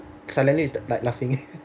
suddenly is like like laughing